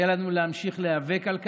היה לנו להמשיך להיאבק על כך,